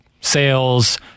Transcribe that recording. sales